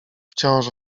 wciąż